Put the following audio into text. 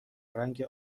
رنگ